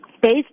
based